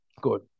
good